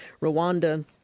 Rwanda